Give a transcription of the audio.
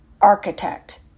architect